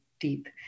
Deep